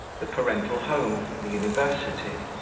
the parental home, the university,